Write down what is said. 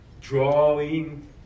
drawing